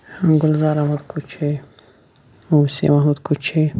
گُلزار احمد کُچھے وسیٖم احمد کُچھے